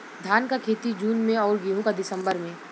धान क खेती जून में अउर गेहूँ क दिसंबर में?